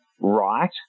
right